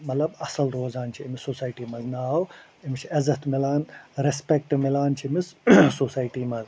ملب اَصٕل روزان چھِ أمِس سوسایٹی منٛز ناو أمِس چھِ عزت مِلان رٮ۪سپٮ۪کٹ مِلان چھِ أمِس سوسایٹی منٛز